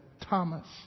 Thomas